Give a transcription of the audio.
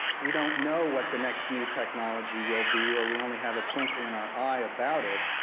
we don't know what the next new technology will be, or we only have a twinkle in our eye about it.